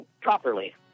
properly